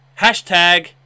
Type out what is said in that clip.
Hashtag